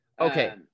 okay